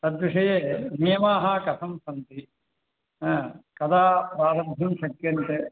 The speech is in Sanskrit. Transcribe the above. तद्विषये नियमाः कथं सन्ति कदा प्रारब्धुं शक्यन्ते